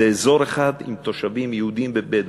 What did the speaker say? זה אזור אחד עם תושבים יהודים ובדואים.